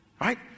Right